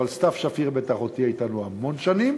אבל סתיו שפיר בטח עוד תהיה אתנו עוד המון שנים,